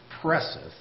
presseth